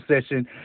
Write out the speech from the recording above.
session